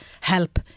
help